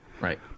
Right